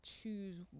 choose